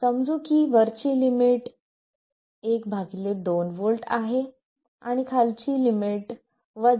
समजू की वरची लिमिट 12 V आहे आणि खालची लिमिट 1